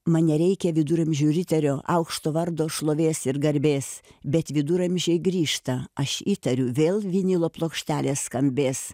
man nereikia viduramžių riterio aukšto vardo šlovės ir garbės bet viduramžiai grįžta aš įtariu vėl vinilo plokštelės skambės